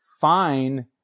fine